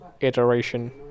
Iteration